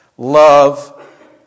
Love